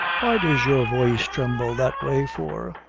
why does your voice tremble that way for?